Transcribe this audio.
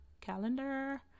calendar